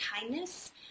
kindness